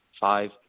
five